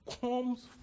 comes